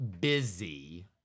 busy